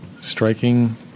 striking